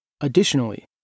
Additionally